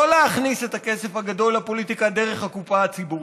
להכניס את הכסף הגדול לפוליטיקה דרך הקופה הציבורית.